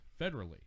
Federally